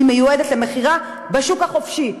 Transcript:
היא מיועדת למכירה בשוק החופשי,